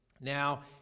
Now